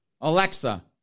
Alexa